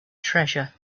treasure